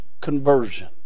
conversion